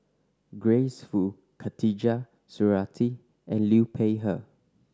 Grace Fu Khatijah Surattee and Liu Peihe